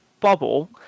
bubble